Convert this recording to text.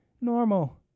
normal